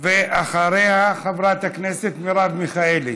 ואחריו, חברת הכנסת מרב מיכאלי.